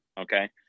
okay